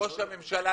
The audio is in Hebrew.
ראש הממשלה,